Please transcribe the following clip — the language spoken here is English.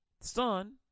Son